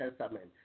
Testament